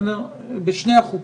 בשני החוקים.